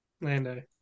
Lando